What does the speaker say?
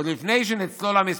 למה